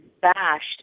bashed